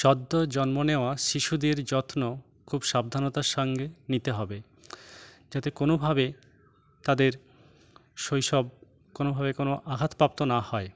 সদ্য জন্ম নেওয়া শিশুদের যত্ন খুব সাবধানতার সঙ্গে নিতে হবে যাতে কোনোভাবে তাদের শৈশব কোনোভাবে কোনো আঘাত পাপ্ত না হয়